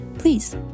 Please